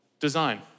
design